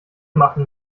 machen